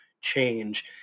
change